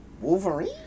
Wolverine